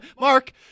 Mark